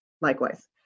Likewise